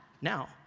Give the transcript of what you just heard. now